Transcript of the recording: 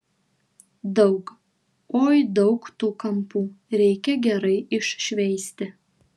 daug oi daug tų kampų reikia gerai iššveisti